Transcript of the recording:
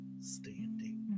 standing